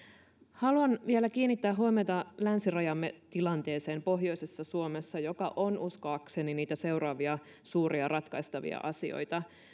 haluan vielä kiinnittää huomiota länsirajamme tilanteeseen pohjoisessa suomessa joka on uskoakseni niitä seuraavia suuria ratkaistavia asioita